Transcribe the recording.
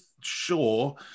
sure